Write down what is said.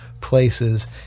places